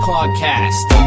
Podcast